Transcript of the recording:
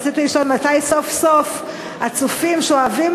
ורציתי לשאול: מתי סוף-סוף הצופים שאוהבים